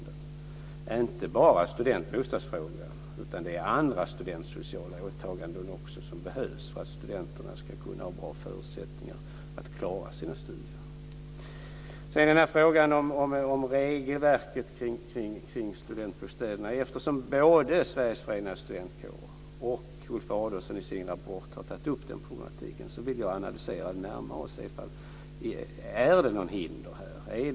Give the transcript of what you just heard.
Det handlar inte bara om studentbostadsfrågan utan det är även andra studentsociala åtaganden som behövs för att studenterna ska kunna ha bra förutsättningar att klara sina studier. Beträffande frågan om regelverket kring studentbostäderna vill jag säga att eftersom både Sveriges förenade studentkårer och Ulf Adelsohn i sin rapport har tagit upp den problematiken vill jag analysera den närmare för att se om det finns några hinder.